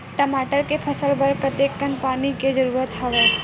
टमाटर के फसल बर कतेकन पानी के जरूरत हवय?